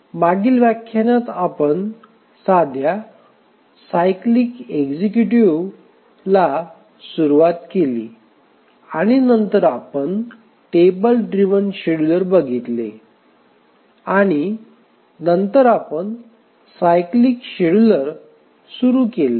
शेवटच्या व्याख्यानात आपण साध्या सायक्लीक एक्सुकेटीव्ह सुरुवात केली आणि नंतर आपण टेबल ड्रिव्हन शेड्यूलर बघितले आणि नंतर आपण सायक्लीक शेड्यूलर सुरु केले